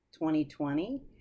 2020